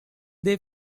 they